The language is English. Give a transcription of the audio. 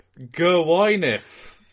Gwyneth